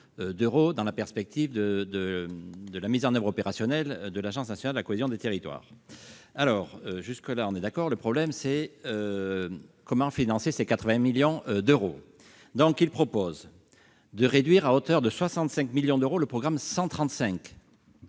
112, dans la perspective de la mise en oeuvre opérationnelle de l'Agence nationale de la cohésion des territoires. Jusque-là, on est d'accord ; mais comment financer ces 80 millions d'euros ? Cet amendement tend à réduire, à hauteur de 65 millions d'euros, le programme 135